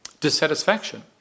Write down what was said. dissatisfaction